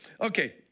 Okay